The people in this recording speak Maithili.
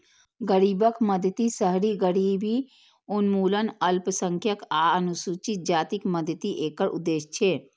गरीबक मदति, शहरी गरीबी उन्मूलन, अल्पसंख्यक आ अनुसूचित जातिक मदति एकर उद्देश्य छै